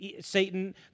Satan